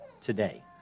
today